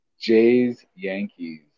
Jays-Yankees